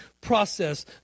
process